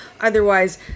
Otherwise